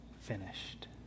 finished